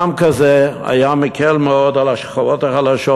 מע"מ כזה היה מקל מאוד על השכבות החלשות,